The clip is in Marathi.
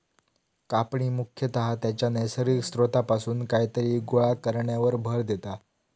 कापणी मुख्यतः त्याच्या नैसर्गिक स्त्रोतापासून कायतरी गोळा करण्यावर भर देता